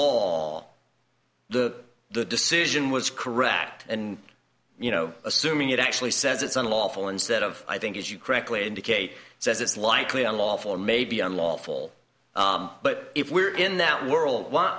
law the the decision was correct and you know assuming it actually says it's unlawful instead of i think as you correctly indicate says it's likely unlawful and maybe unlawful but if we're in that world why